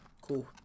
Cool